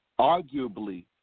Arguably